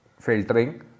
filtering